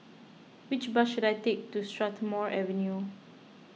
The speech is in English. which bus should I take to Strathmore Avenue